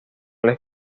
les